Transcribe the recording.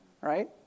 right